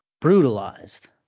brutalized